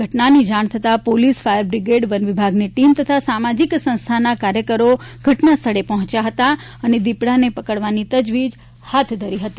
ઘટનાની જાણ થતાં પોલીસ ફાયરબ્રિગેડ વન વિભાગની ટીમ તથા સામાજિક સંસ્થાના કાર્યકરો ઘટના સ્થળે પહોંચ્યા હતા અને દીપડાને પકડવાની તજવીત હાથ ધરી હતી